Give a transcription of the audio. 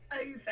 over